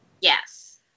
Yes